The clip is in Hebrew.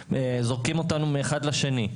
זורקים אותנו מאחד לשני,